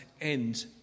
end